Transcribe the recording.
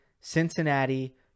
Cincinnati